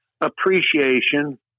appreciation